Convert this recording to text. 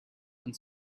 and